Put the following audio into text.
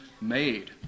made